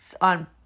on